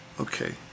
Okay